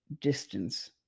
distance